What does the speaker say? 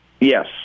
Yes